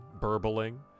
burbling